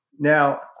Now